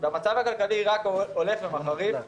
והמצב הכלכלי רק הולך ומחריף,